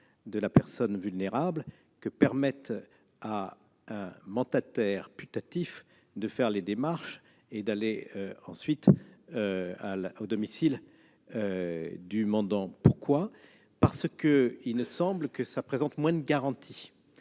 de la personne vulnérable, plutôt que permettre à un mandataire putatif de faire les démarches et d'aller ensuite au domicile du mandant. Pourquoi ? Parce qu'il semble que cette option-ci présente moins de garanties